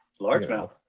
largemouth